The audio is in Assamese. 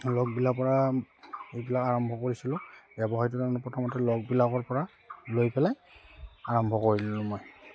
লগৰবিলাকৰপৰা এইবিলাক আৰম্ভ কৰিছিলোঁ ব্যৱসায়টো তাৰমানে প্ৰথমতে লগৰবিলাকৰপৰা লৈ পেলাই আৰম্ভ কৰি দিলোঁ মই